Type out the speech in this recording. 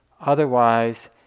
Otherwise